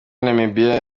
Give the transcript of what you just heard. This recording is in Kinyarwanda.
namibia